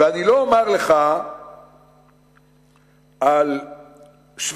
ואני לא אומר לך על שבדיה,